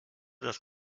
das